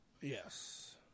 Yes